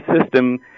system